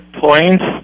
points